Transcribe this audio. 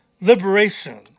Liberation